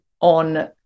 on